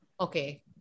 Okay